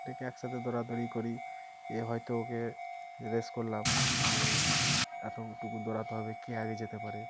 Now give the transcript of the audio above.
ডেকে একসাথে দৌড়াদৌড়ি করি এ হয়তো ওকে রেস করলাম যে এতটুকু দৌড়াতে হবে কে আগে যেতে পারে